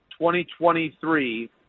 2023